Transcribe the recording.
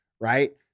right